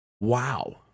Wow